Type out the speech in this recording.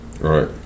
Right